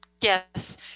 Yes